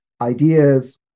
ideas